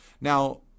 Now